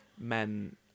men